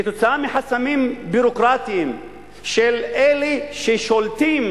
כתוצאה מחסמים ביורוקרטיים של אלה ששולטים